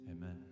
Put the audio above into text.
amen